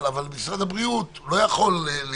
אבל משרד הבריאות לא יכול להיות